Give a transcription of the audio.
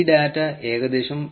ഈ ഡാറ്റ ഏകദേശം 7